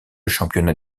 championnat